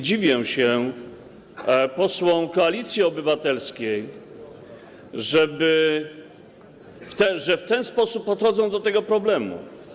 Dziwię się posłom Koalicji Obywatelskiej, że w ten sposób podchodzą do tego problemu.